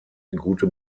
gute